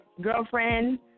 girlfriend